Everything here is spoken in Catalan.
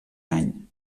any